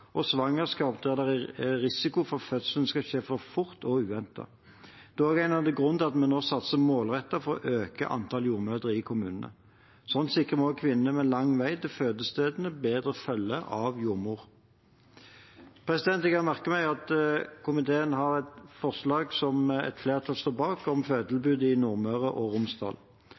svangerskap med komplikasjoner og svangerskap der det er risiko for at fødselen vil skje fort og uventet. Det er også en av grunnene til at vi satser målrettet for å øke antall jordmødre i kommunene. Slik sikrer vi også kvinner med lang vei til fødestedet bedre, med følge av jordmor. Jeg merker meg at komiteen har et forslag, som et flertall står bak, om fødetilbudet i Nordmøre og Romsdal.